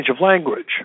language